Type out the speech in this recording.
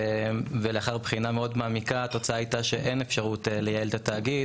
ולאחר בחינה מעמיקה מאוד התוצאה הייתה שאין אפשרות לייעל את התאגיד,